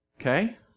Okay